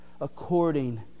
according